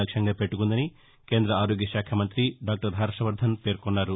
లక్ష్యంగా పెట్లుకుందని కేంద్ర ఆరోగ్యశాఖ మంత్రి డాక్షర్ హర్వ వర్దన్ పేర్కొన్నారు